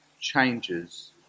changes